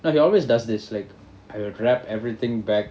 no he always does this like I will grab everything back